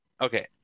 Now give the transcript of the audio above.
Okay